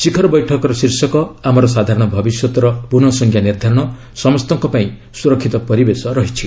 ଶିଖର ବୈଠକର ଶୀର୍ଷକ 'ଆମର ସାଧାରଣ ଭବିଷ୍ୟତର ପୁନଃ ସଂଜ୍ଞା ନିର୍ଦ୍ଧାରଣ ସମସ୍ତଙ୍କ ପାଇଁ ସୁରକ୍ଷିତ ପରିବେଶ' ରହିଛି